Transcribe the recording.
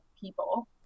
people